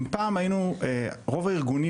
אם פעם רוב הארגונים,